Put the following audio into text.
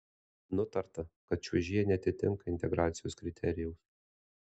nutarta kad čiuožėja neatitinka integracijos kriterijaus